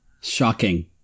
Shocking